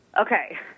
okay